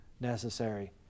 necessary